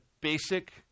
basic